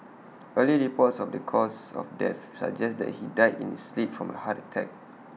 early reports of the cause of death suggests that he died in his sleep from A heart attack